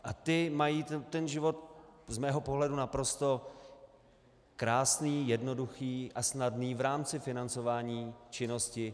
A ty mají život z mého pohledu naprosto krásný, jednoduchý a snadný v rámci financování činnosti.